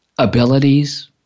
Abilities